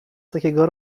takiego